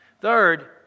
Third